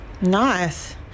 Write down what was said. Nice